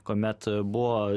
kuomet buvo